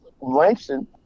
Langston